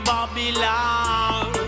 Babylon